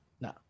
No